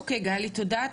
אוקיי גלי, תודה.